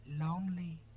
Lonely